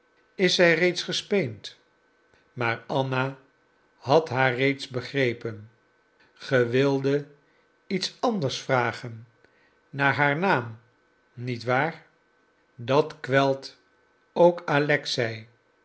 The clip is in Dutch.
is zij reeds gespeend maar anna had haar reeds begrepen ge wildet iets anders vragen naar haar naam niet waar dat kwelt ook alexei